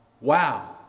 wow